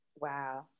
Wow